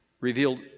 revealed